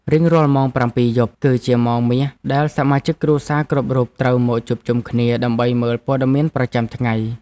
រៀងរាល់ម៉ោងប្រាំពីរយប់ គឺជាម៉ោងមាសដែលសមាជិកគ្រួសារគ្រប់រូបត្រូវមកជួបជុំគ្នាដើម្បីមើលព័ត៌មានប្រចាំថ្ងៃ។